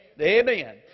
Amen